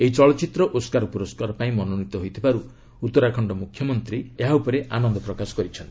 ଏହି ଚଳଚ୍ଚିତ୍ର ଓସ୍କାର ପୁରସ୍କାର ପାଇଁ ମନୋନୀତ ହୋଇଥିବାରୁ ଉତ୍ତରାଖଣ୍ଡ ମୁଖ୍ୟମନ୍ତ୍ରୀ ତ୍ରିଭେନ୍ଦ୍ର ସିଂ ରାଓ୍ୱତ୍ ଆନନ୍ଦ ପ୍ରକାଶ କରିଛନ୍ତି